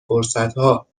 فرصتها